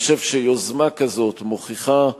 אני חושב שיוזמה כזאת מוכיחה,